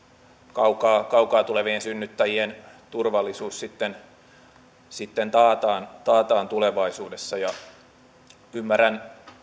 kaukaa kaukaa tulevien synnyttäjien turvallisuus sitten taataan tulevaisuudessa ymmärrän